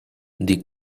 the